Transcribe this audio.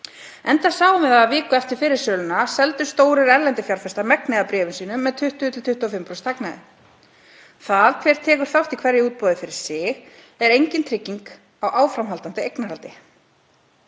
enda sáum við það að viku eftir fyrri söluna seldu stórir erlendir fjárfestar megnið af bréfum sínum með 20–25% hagnaði. Það hver tekur þátt í hverju útboði fyrir sig er engin trygging á áframhaldandi eignarhaldi.